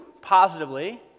positively